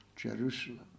Jerusalem